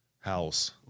house